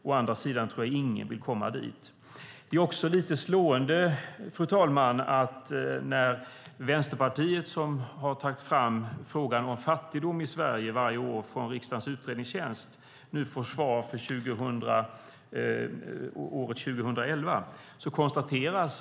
Å andra sidan tror jag inte att någon vill komma dit. Fru talman! Vänsterpartiet har varje år från riksdagens utredningstjänst tagit fram frågan om fattigdom i Sverige och får nu svar för år 2011.